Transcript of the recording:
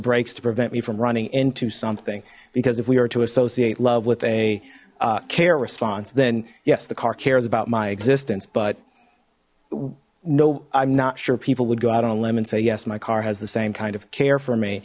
brakes to prevent me from running into something because if we were to associate love with a care response then yes the car cares about my existence but no i'm not sure people would go out on a limb and say yes my car has the same kind of care for me